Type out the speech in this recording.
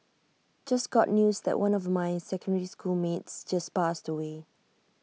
just got news that one of my secondary school mates just passed away